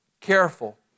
careful